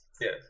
yes